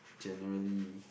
generally